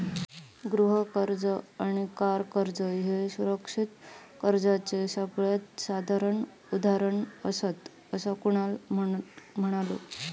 गृह कर्ज आणि कर कर्ज ह्ये सुरक्षित कर्जाचे सगळ्यात साधारण उदाहरणा आसात, असा कुणाल म्हणालो